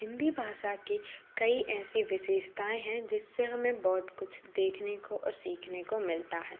हिन्दी भाषा के कई ऐसी विशेषताएँ है जिससे हमें बहुत कुछ देखने को और सीखने को मिलता है